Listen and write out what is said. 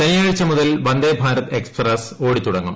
ശനിയാഴ്ച മുതൽ വന്ദേഭാരത് എക്സ്പ്രസ് ഓടിത്തുടങ്ങും